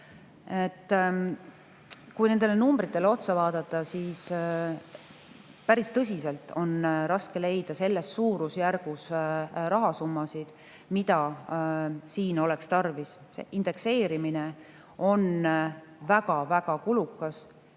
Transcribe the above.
Kui nendele numbritele otsa vaadata, siis päris tõsiselt on raske leida selles suurusjärgus rahasummasid, mida siin oleks tarvis. See indekseerimine on väga-väga kulukas